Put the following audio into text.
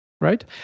right